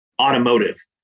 automotive